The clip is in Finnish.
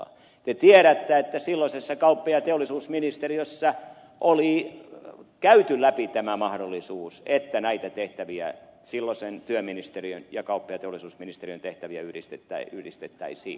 te tiedätte että silloisessa kauppa ja teollisuusministeriössä oli käyty läpi tämä mahdollisuus että näitä tehtäviä silloisen työministeriön ja kauppa ja teollisuusministeriön tehtäviä yhdistettäisiin